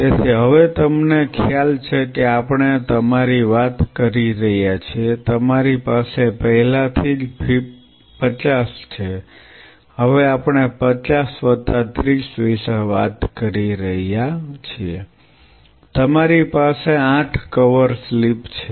તેથી હવે તમને ખ્યાલ છે કે આપણે તમારી વાત કરી રહ્યા છીએ તમારી પાસે પહેલાથી જ 50 છે હવે આપણે 50 વત્તા 30 વિશે વાત કરી રહ્યા છીએ તમારી પાસે 8 કવર સ્લિપ છે